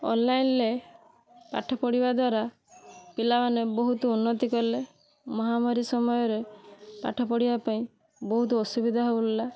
ଅନ୍ଲାଇନ୍ରେ ପାଠ ପଢ଼ିବା ଦ୍ୱାରା ପିଲାମାନେ ବହୁତ ଉନ୍ନତି କଲେ ମହାମାରୀ ସମୟରେ ପାଠ ପଢ଼ିବା ପାଇଁ ବହୁତ ଅସୁବିଧା ହେଲା